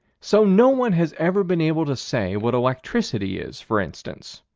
so no one has ever been able to say what electricity is, for instance.